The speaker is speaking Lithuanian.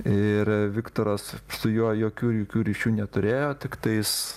ir viktoras su juo jokių jokių ryšių neturėjo tiktai jis